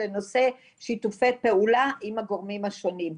נושא שיתופי הפעולה עם הגורמים השונים.